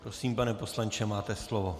Prosím, pane poslanče, máte slovo.